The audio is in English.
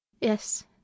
Yes